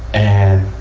and,